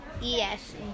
Yes